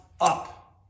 up